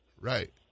right